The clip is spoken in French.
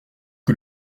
que